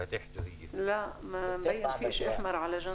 לא זוכר על-ידי מי שבאוגוסט תיירות הפנים מחזירה את היקף